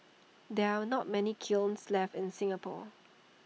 there are not many kilns left in Singapore